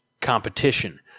competition